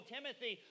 Timothy